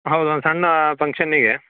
ಹೌದು ಒಂದು ಸಣ್ಣ ಫಂಕ್ಷನ್ನಿಗೆ